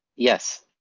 yes.